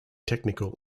technical